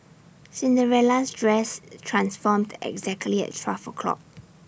Cinderella's dress transformed exactly at twelve o'clock